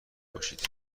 باشید